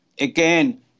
again